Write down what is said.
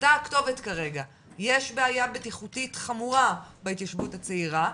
אתה הכתובת כרגע - יש בעיה בטיחותית חמורה בהתיישבות הצעירה,